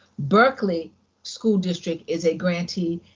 berkeley school district is a grantee,